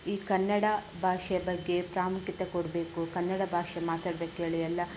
ಈ ಕನ್ನಡ ಭಾಷೆಯ ಬಗ್ಗೆ ಪ್ರಾಮುಖ್ಯತೆ ಕೊಡಬೇಕು ಕನ್ನಡ ಭಾಷೆ ಮಾತಾಡ್ಬೇಕು ಹೇಳಿ ಎಲ್ಲ